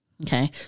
Okay